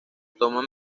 toma